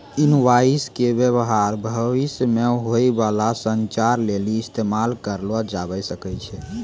invoice के व्य्वहार भविष्य मे होय बाला संचार लेली इस्तेमाल करलो जाबै सकै छै